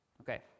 Okay